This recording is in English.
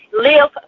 live